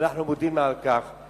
ואנחנו מודים לה על כך.